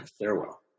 Farewell